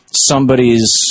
somebody's